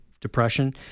depression